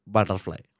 Butterfly